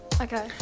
okay